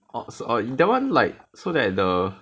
oh uh that one like so that the